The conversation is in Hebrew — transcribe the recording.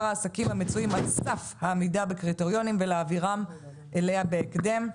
העסקים המצויים על סף העמידה בקריטריונים ולהעבירם אליה בהקדם.